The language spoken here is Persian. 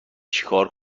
چکار